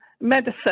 medicine